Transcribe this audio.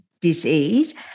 Disease